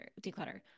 declutter